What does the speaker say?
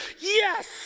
Yes